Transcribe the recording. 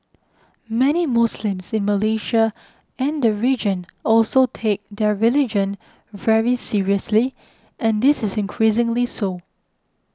many Muslims in Malaysia and the region also take their religion very seriously and this is increasingly so